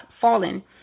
fallen